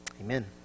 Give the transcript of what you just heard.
Amen